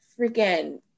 freaking